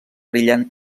brillant